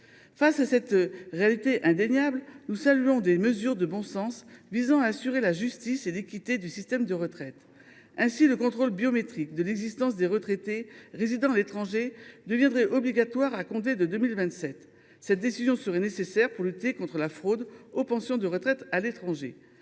Face à cette réalité indéniable, nous saluons des mesures de bon sens visant à assurer la justice et l’équité du système de retraite. Ainsi, le contrôle biométrique de l’existence des retraités résidant à l’étranger deviendrait obligatoire à compter de 2027, une décision nécessaire pour lutter contre la fraude aux pensions de retraite à l’étranger.